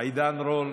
עידן רול?